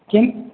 କେନ୍